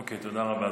אוקיי, תודה רבה.